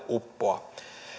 uppoa